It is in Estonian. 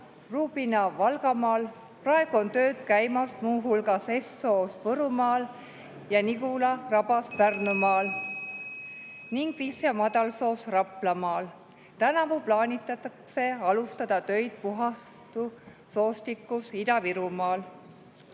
Rubina Valgamaal. Praegu on tööd käimas muu hulgas Ess-soos Võrumaal, Nigula rabas Pärnumaal ning Visja madalsoos Raplamaal. Tänavu plaanitakse alustada töid Puhatu soostikus Ida-Virumaal.